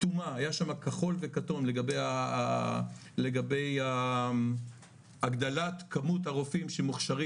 היה שם כחול וכתום לגבי הגדלת כמות הרופאים שמוכשרים